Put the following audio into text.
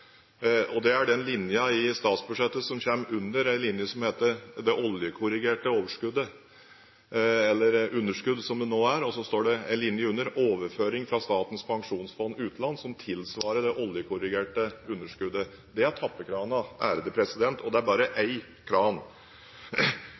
er den linjen i statsbudsjettet som kommer under en linje som heter det oljekorrigerte overskuddet, eller underskudd som det nå er, og så står det en linje under, overføring fra Statens pensjonsfond utland, som tilsvarer det oljekorrigerte underskuddet. Det er tappekranen, og det er bare